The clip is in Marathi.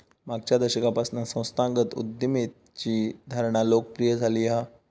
मागच्या दशकापासना संस्थागत उद्यमितेची धारणा लोकप्रिय झालेली हा